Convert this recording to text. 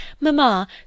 Mamma